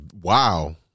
wow